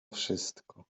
wszystko